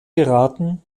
geraten